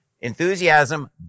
Enthusiasm